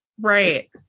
Right